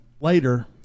later